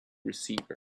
receiver